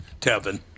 Tevin